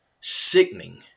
sickening